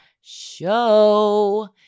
Show